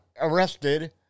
arrested